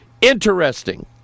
interesting